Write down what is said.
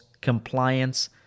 compliance